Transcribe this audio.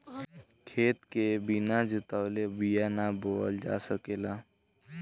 खेत के बिना जोतवले बिया ना बोअल जा सकेला